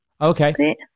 Okay